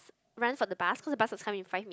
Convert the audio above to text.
run for the bus cause the bus was come in five minute